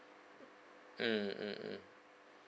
mm mm mm